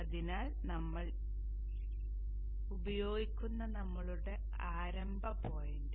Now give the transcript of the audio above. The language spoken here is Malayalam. അതിനാൽ അതാണ് നമ്മൾ ഉപയോഗിക്കുന്ന നമ്മളുടെ ആരംഭ പോയിന്റ്